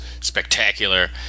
spectacular